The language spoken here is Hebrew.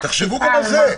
תחשבו גם על זה.